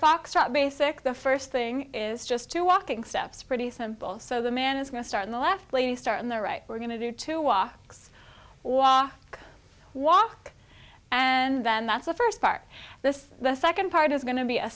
foxtrot basic the first thing is just to walking steps pretty simple so the man is going to start in the left lane the star on the right we're going to do to walk walk walk and then that's the first part this the second part is going to be a